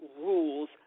rules